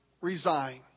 resign